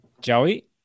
Joey